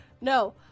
No